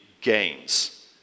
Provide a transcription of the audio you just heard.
gains